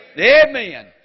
Amen